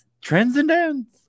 Transcendence